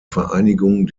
vereinigung